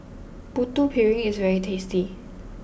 Putu Piring is very tasty